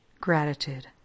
Gratitude